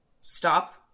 stop